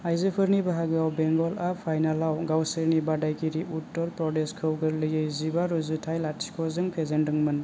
आयजोफोरनि बाहागोआव बेंगलआ फाइनालाव गावसोरनि बादायगिरि उत्तर प्रदेशखौ गोरलैयै जिबा रुजुथाय लथिख' जों फेजेनदोंमोन